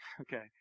Okay